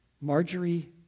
Marjorie